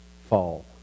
fall